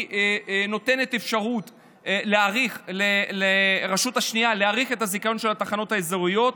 היא נותנת אפשרות להאריך לרשות השנייה את הזיכיון של התחנות האזוריות,